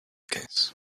case